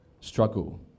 struggle